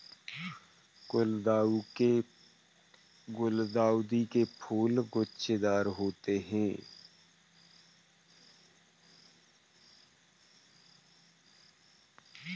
गुलदाउदी के फूल गुच्छेदार होते हैं